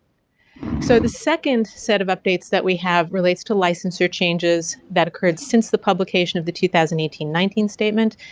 so, the second set of updates that we have relates to licensor changes that occurred since the publication of the two thousand and eighteen nineteen statement.